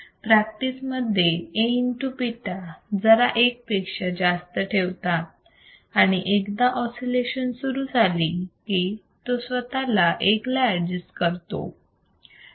practice मध्ये A β जरा एक पेक्षा जास्त ठेवतात आणि एकदा ऑसिलेशन सुरू झाली की तो स्वतःला 1 ला ऍडजेस्ट करतो